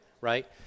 right